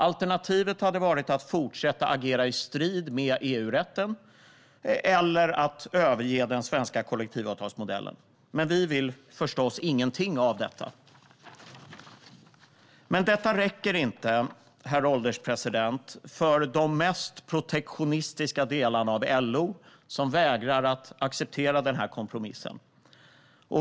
Alternativet hade varit att fortsätta agera i strid med EU-rätten eller att överge den svenska kollektivavtalsmodellen. Men vi vill förstås inget av detta. Detta, herr ålderspresident, räcker dock inte för de mest protektionistiska delarna av LO, som vägrar att acceptera den här kompromissen.